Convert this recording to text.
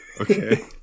Okay